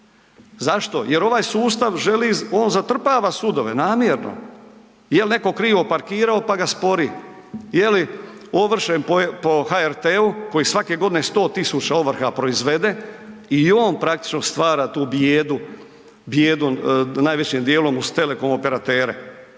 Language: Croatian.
Zašto? Jer ovaj sustav želi, on zatrpava sudove namjerno, jel netko krivo parkirao pa ga spori, je li ovršen po HRT-u koji svake godine 100.000 ovrha proizvede i on praktično stvara tu bijedu, bijedu najvećim dijelom uz telekom operatere,